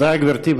תודה, גברתי.